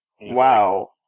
Wow